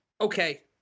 Okay